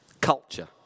Culture